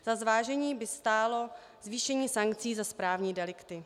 Za zvážení by stálo zvýšení sankcí za správní delikty.